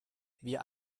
wir